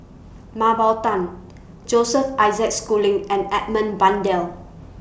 Mah Bow Tan Joseph Isaac Schooling and Edmund Blundell